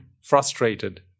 frustrated